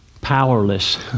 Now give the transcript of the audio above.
powerless